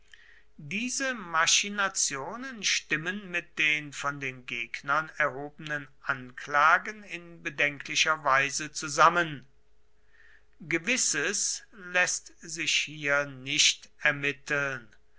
diese machinationen stimmen mit den von den gegnern erhobenen anklagen in bedenklicher weise zusammen gewisses läßt sich hier nicht ermitteln